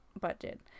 budget